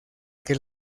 que